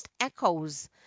echoes